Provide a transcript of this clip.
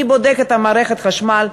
מי בודק את מערכת החשמל?